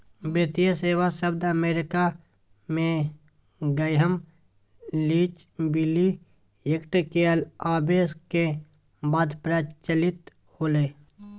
वित्तीय सेवा शब्द अमेरिका मे ग्रैहम लीच बिली एक्ट के आवे के बाद प्रचलित होलय